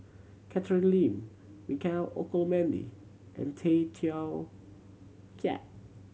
Catherine Lim Michael Olcomendy and Tay Teow Kiat